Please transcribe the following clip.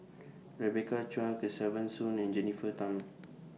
Rebecca Chua Kesavan Soon and Jennifer Tham